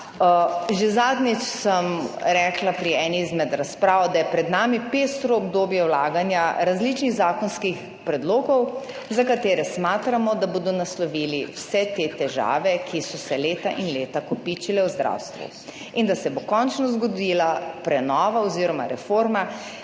Že zadnjič sem rekla pri eni izmed razprav, da je pred nami pestro obdobje vlaganja različnih zakonskih predlogov, za katere smatramo, da bodo naslovili vse te težave, ki so se leta in leta kopičile v zdravstvu, in da se bo končno zgodila prenova oziroma reforma,